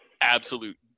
Absolute